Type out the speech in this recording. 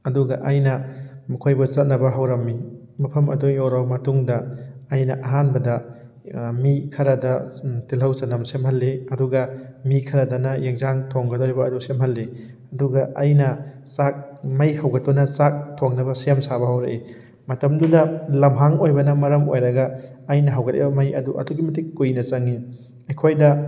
ꯑꯗꯨꯒ ꯑꯩꯅ ꯃꯈꯣꯏꯕꯨ ꯆꯠꯅꯕ ꯍꯧꯔꯝꯃꯤ ꯃꯐꯝ ꯑꯗꯨ ꯌꯧꯔꯕ ꯃꯇꯨꯡꯗ ꯑꯩꯅ ꯑꯍꯥꯟꯕꯗ ꯃꯤ ꯈꯔꯗ ꯇꯤꯜꯍꯧ ꯆꯅꯝ ꯁꯦꯝꯍꯜꯂꯤ ꯑꯗꯨꯒ ꯃꯤ ꯈꯔꯗꯅ ꯌꯦꯟꯖꯥꯡ ꯊꯣꯡꯒꯗꯧꯔꯤꯕ ꯑꯗꯨ ꯁꯦꯝꯍꯜꯂꯤ ꯑꯗꯨꯒ ꯑꯩꯅ ꯆꯥꯛ ꯃꯩ ꯍꯧꯒꯠꯇꯨꯅ ꯆꯥꯛ ꯊꯣꯡꯅꯕ ꯁꯦꯝ ꯁꯥꯕ ꯍꯧꯔꯛꯏ ꯃꯇꯝꯗꯨꯗ ꯂꯝꯍꯥꯡ ꯑꯣꯏꯕꯅ ꯃꯔꯝ ꯑꯣꯏꯔꯒ ꯑꯩꯅ ꯍꯧꯒꯠꯂꯤꯕ ꯃꯩ ꯑꯗꯨ ꯑꯗꯨꯛꯀꯤ ꯃꯇꯤꯛ ꯀꯨꯏꯅ ꯆꯪꯉꯤ ꯑꯩꯈꯣꯏꯗ